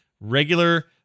regular